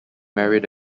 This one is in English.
married